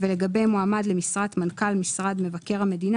לגבי מועמד למשרת מנכ"ל מבקר המדינה